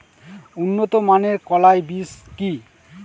উন্নত মানের কলাই বীজ কি?